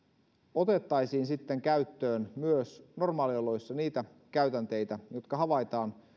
otettaisiin sitten käyttöön myös normaalioloissa niitä käytänteitä jotka havaitaan